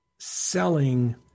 selling